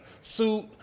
suit